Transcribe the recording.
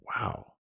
wow